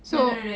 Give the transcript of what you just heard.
so